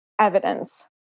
evidence